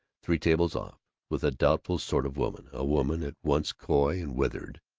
three tables off, with a doubtful sort of woman, a woman at once coy and withered,